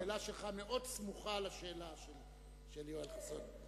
השאלה שלך מאוד סמוכה לשאלה של יואל חסון.